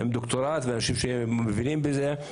גם אנשים עם דוקטורט ואנשים שמבינים בזה.